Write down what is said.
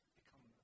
become